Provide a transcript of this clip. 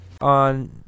On